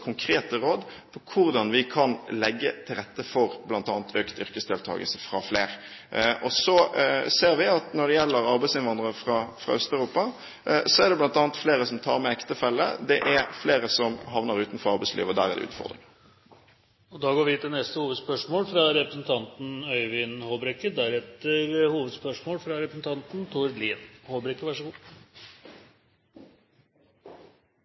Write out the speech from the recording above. konkrete råd om hvordan vi kan legge til rette for bl.a. økt yrkesdeltakere fra flere. Så ser vi at når det gjelder arbeidsinnvandrere fra Øst-Europa, er det bl.a. flere som tar med ektefelle. Det er flere som havner utenfor arbeidslivet, og der er det en utfordring. Vi går til neste hovedspørsmål.